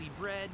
bread